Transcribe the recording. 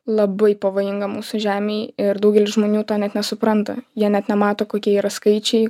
labai pavojinga mūsų žemei ir daugelis žmonių to net nesupranta jie net nemato kokie yra skaičiai